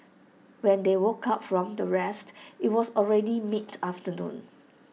when they woke up from their rest IT was already mid afternoon